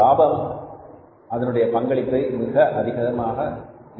லாபத்தில் அதனுடைய பங்களிப்பு அதிகமாக இருக்கும்